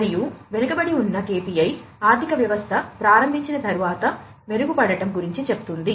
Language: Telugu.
మరియు వెనుకబడి ఉన్న KPI ఆర్థిక వ్యవస్థ ప్రారంభించిన తర్వాత మెరుగుపడటం గురించి చెప్తుంది